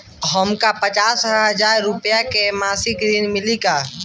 हमका पांच हज़ार रूपया के मासिक ऋण मिली का?